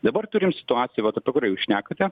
dabar turim situaciją vat apie kurią jūs šnekate